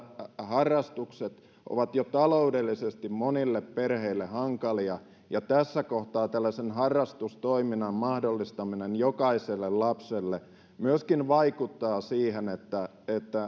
harrastukset ovat jo taloudellisesti monille perheille hankalia ja tässä kohtaa tällaisen harrastustoiminnan mahdollistaminen jokaiselle lapselle myöskin vaikuttaa siihen että